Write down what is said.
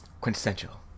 Quintessential